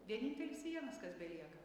vienintelis vienas kas belieka